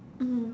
mm